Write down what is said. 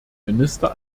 minister